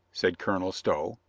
said colonel stow.